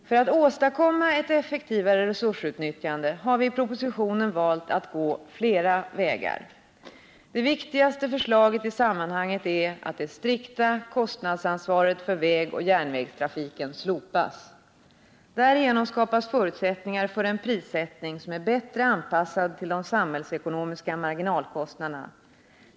För att åstadkomma ett effektivare resursutnyttjande har vi i propositionen valt att gå flera vägar. Det viktigaste förslaget i sammanhanget är att det strikta kostnadsansvaret för vägoch järnvägstrafiken slopas. Därigenom skapas förutsättningar för en prissättning som är bättre anpassad till de samhällsekonomiska marginalkostnaderna.